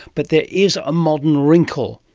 but there is a modern wrinkle.